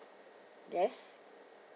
yes